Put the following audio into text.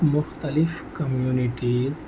مختلف کمیونٹیز